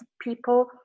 people